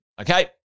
okay